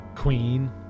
Queen